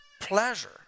pleasure